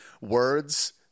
words